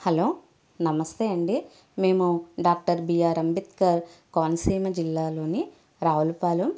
hello నమస్తే అండీ మేము డాక్టర్ బీఆర్ అంబేద్కర్ కోనసీమ జిల్లాలోని రావులపాలెం